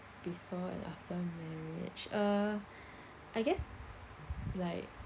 before and after marriage uh I guess like